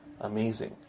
amazing